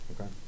Okay